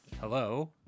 hello